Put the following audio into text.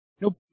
Nope